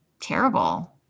terrible